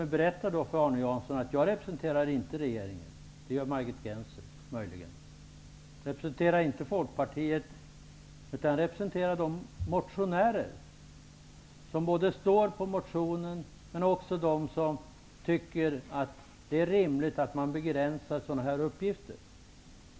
Jag vill tala om för Arne Jansson att jag inte representerar regeringen, utan det är väl Margit Gennser som gör det. Inte heller representerar jag här Folkpartiet. I stället representerar jag dels de motionärer som står bakom motionen, dels dem som tycker att det är rimligt med en begränsning när det gäller sådana här uppgifter.